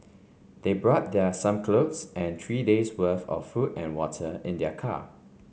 they brought their some clothes and three days' worth of food and water in their car